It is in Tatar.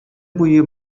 буе